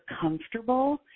comfortable